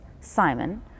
Simon